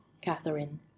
Catherine